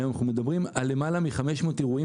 אנחנו מדברים על למעלה מ-500 אירועים